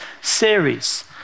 series